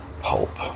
pulp